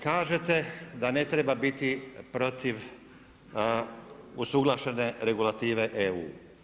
Kažete da ne treba biti protiv usuglašene regulative EU.